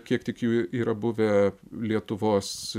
kiek tik jų yra buvę lietuvos